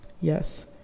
Yes